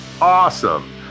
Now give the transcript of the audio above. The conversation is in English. awesome